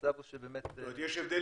המצב הוא שבאמת --- זאת אומרת יש הבדל